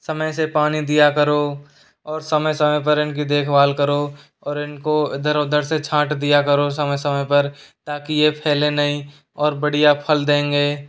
समय से पानी दिया करो और समय समय पर इनकी देखभाल करो और इनको इधर उधर से छांट दिया करो समय समय पर ताकि ये फ़ैलें नहीं और बढ़िया फल देंगे